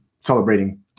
celebrating